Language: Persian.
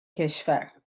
کشور